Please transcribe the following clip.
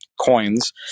coins